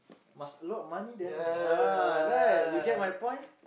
must a lot of money then ah right you get my point